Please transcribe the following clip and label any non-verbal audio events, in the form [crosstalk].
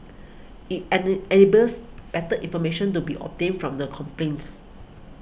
it [unintelligible] enables better information to be obtained from the complains